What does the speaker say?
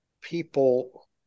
people